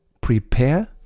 prepare